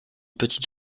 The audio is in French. petite